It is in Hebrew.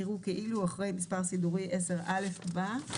יראו כאילו אחרי מס״ד (10א) בא: